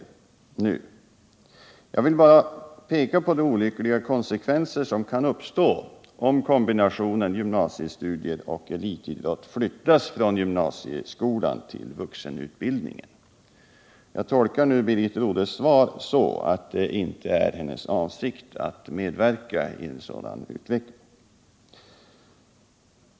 Jag vill bara peka på de olyckliga konsekvenser som kan uppstå, om kombinationen gymnasiestudier och elitidrott flyttas från gymnasieskolan till vuxenutbildningen. Jag tolkar Birgit Rodhes svar så, att det inte är hennes avsikt att medverka till en sådan utveckling.